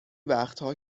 وقتها